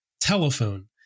Telephone